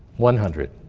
one hundred,